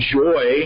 joy